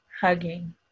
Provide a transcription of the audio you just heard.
Hugging